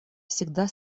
всегда